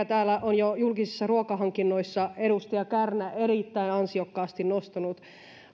täällä on julkisissa ruokahankinnoissa edustaja kärnä jo erittäin ansiokkaasti nostanut